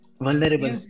Vulnerable